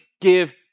give